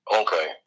okay